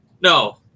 no